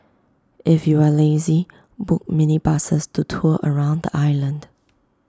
if you are lazy book minibuses to tour around the island